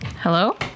hello